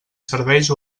serveis